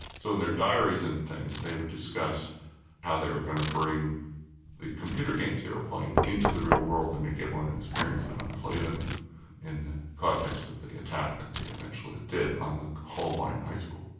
so in their diaries and things they would discuss how they were going to bring the games they were playing into the real world and make everyone experience them and play them in the context of the attack that they eventually did on the columbine high school.